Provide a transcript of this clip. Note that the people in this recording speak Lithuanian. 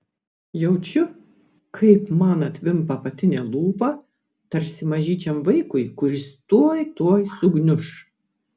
jaučiu kaip man atvimpa apatinė lūpa tarsi mažyčiam vaikui kuris tuo tuoj sugniuš